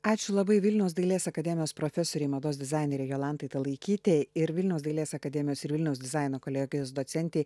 ačiū labai vilniaus dailės akademijos profesorei mados dizainerei jolantai talaikytei ir vilniaus dailės akademijos ir vilniaus dizaino kolegijos docentei